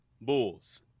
Bulls